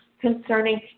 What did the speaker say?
concerning